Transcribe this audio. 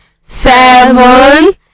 seven